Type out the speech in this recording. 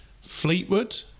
Fleetwood